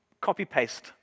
copy-paste